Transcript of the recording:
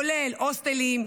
כולל הוסטלים,